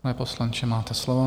Pane poslanče, máte slovo.